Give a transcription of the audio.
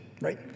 right